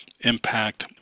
impact